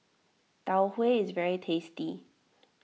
Tau Huay is very tasty